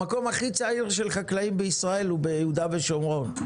המקום הכי צעיר של חקלאים בישראל הוא ביהודה ושומרון,